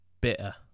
Bitter